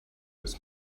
its